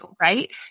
right